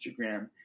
Instagram